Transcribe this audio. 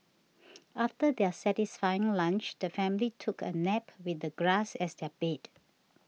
after their satisfying lunch the family took a nap with the grass as their bed